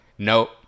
nope